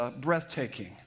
breathtaking